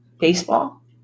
baseball